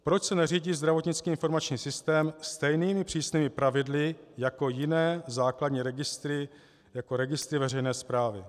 Proč se neřídí zdravotnický informační systém stejnými přísnými pravidly jako jiné základní registry, jako registry veřejné správy.